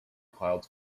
clouds